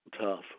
tough